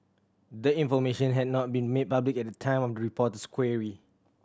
the information had not been made public at the time of the reporter's query